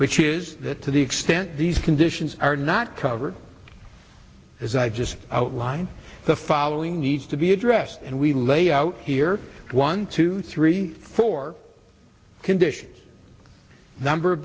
which is that to the extent these conditions are not covered as i just outlined the following needs to be addressed and we lay out here one two three four conditions number